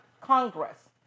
Congress